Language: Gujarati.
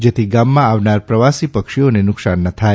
જેથી ગામમાં આવનાર પ્રવાસી પક્ષીઓને નુકસાન ન થાય